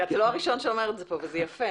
אתה לא הראשון שאומר את זה כאן וזה יפה.